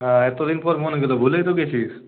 হ্যাঁ এতদিন পর মনে এলো ভুলেই তো গিয়েছিস